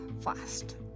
fast